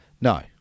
No